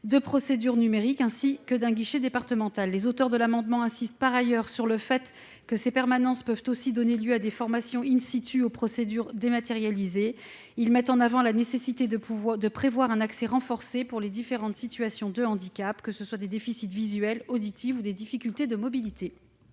des procédures numériques et d'un guichet départemental. Les auteurs de l'amendement insistent par ailleurs sur le fait que ces permanences peuvent aussi donner lieu à des formations aux procédures dématérialisées. Ils mettent en avant la nécessité de prévoir un accès renforcé pour les différentes situations de handicap, que ce soit des déficits visuels et auditifs ou des difficultés de mobilité.